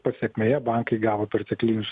pasekmėje bankai gavo perteklinius